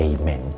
Amen